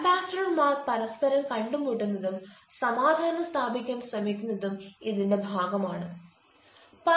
അംബാസഡർമാർ പരസ്പരം കണ്ടുമുട്ടുന്നതും സമാധാനം സ്ഥാപിക്കാൻ ശ്രമിക്കുന്നതും ഇതിന്റെ ഭാഗം ആണ്